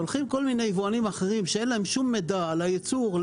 כשהולכים כל מיני יבואנים אחרים שאין להם מידע על הייצור,